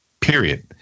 period